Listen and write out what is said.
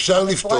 אפשר לפטור.